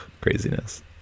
craziness